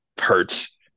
hurts